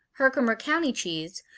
herkimer county cheese,